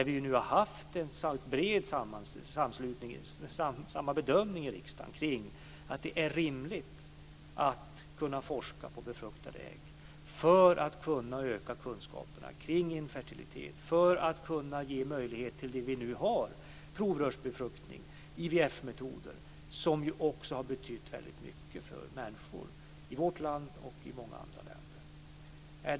Vi har ju gjort samma bedömning i riksdagen när det gäller att det är rimligt att kunna forska på befruktade ägg för att kunna öka kunskaperna kring infertilitet och för att kunna ge möjlighet till det som nu finns, dvs. provrörsbefruktning eller IVF-metoden, som också har betytt väldigt mycket för människor i vårt land och i många andra länder.